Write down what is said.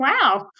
wow